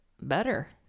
better